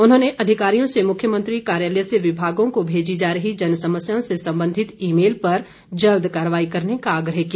उन्होंने अधिकारियों से मुख्यमंत्री कार्यालय से विभागों को भेजी जा रही जनसमस्यों से संबंधित ई मेल पर जल्द कार्रवाई करने का आग्रह किया